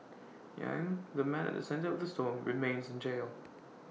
yang the man at the centre of the storm remains in jail